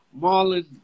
Marlon